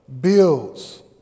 builds